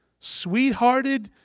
sweethearted